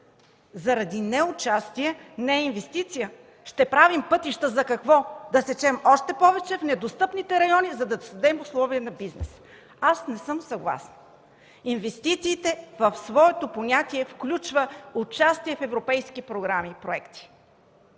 заради неучастие, не инвестиция, ще правим пътища за какво? Да сечем още повече в недостъпните район, за да създадем условия на бизнеса? Не съм съгласна. Инвестициите в своето понятие включват участие в европейски програмни проекти.